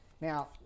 Now